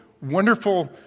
wonderful